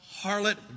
harlot